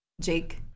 Jake